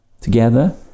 together